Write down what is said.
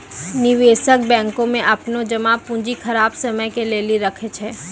निवेशक बैंको मे अपनो जमा पूंजी खराब समय के लेली राखै छै